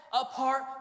apart